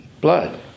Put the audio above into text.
blood